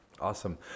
Awesome